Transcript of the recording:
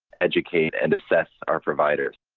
educate and assess our providers.